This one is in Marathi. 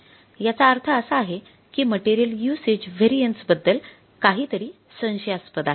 याचा अर्थ असा आहे की मटेरियल युसेज व्हेरिएन्स बद्दल काहीतरी संशयास्पद आहे